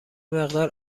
مقدار